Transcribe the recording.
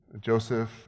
Joseph